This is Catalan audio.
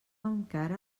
encara